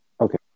Okay